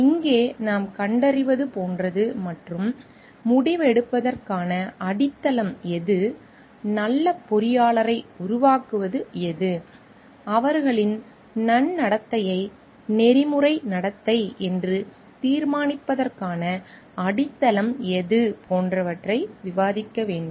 இங்கே நாம் கண்டறிவது போன்றது மற்றும் முடிவெடுப்பதற்கான அடித்தளம் எது நல்ல பொறியாளரை உருவாக்குவது எது அவர்களின் நன்னடத்தையை நெறிமுறை நடத்தை என்று தீர்மானிப்பதற்கான அடித்தளம் எது போன்றவற்றை விவாதிக்க வேண்டும்